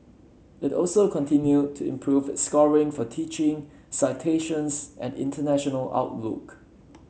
it also continued to improve its scores for teaching citations and international outlook